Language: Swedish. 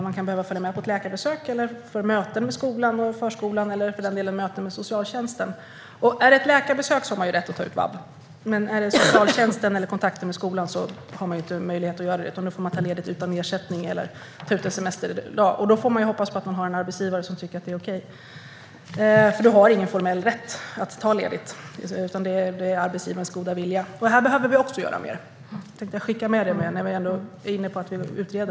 Man kan behöva följa med på läkarbesök eller ha möte med skolan eller förskolan eller med socialtjänsten. Om det är läkarbesök har man rätt att vabba. Men om det gäller socialtjänsten eller kontakt med skolan har man inte möjlighet att göra det, utan man får ta ledigt utan ersättning eller ta ut en semesterdag. Då får man hoppas att man har en arbetsgivare som tycker att det är okej. Man har ingen formell rätt att ta ledigt. Det hänger på arbetsgivarens goda vilja. Här behöver vi också göra mer. Jag skickar med det, när vi ändå är inne på att det utreds.